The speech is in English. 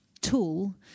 tool